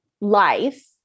life